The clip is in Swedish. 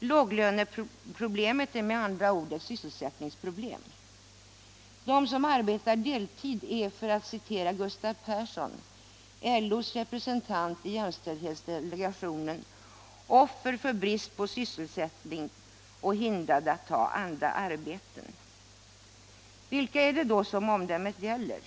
Låglöneproblemet är med andra ord ett sysselsättningsproblem. De som arbetar deltid är — för att citera Gustav Persson, LO-representant i jämställdhetsdelegationen — offer för brist på sysselsättning och hindrade att ta andra arbeten. Vilka är det då som omdömet gäller?